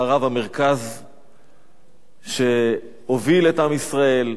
חרב המרכז שהוביל את עם ישראל,